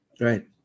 right